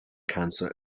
cancer